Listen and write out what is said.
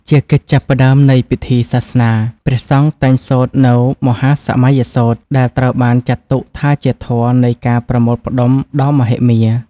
ជាកិច្ចចាប់ផ្ដើមនៃពិធីសាសនា ព្រះសង្ឃតែងសូត្រនូវ មហាសមយសូត្រ ដែលត្រូវបានចាត់ទុកថាជាធម៌នៃការប្រមូលផ្ដុំដ៏មហិមា។